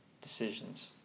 decisions